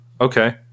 Okay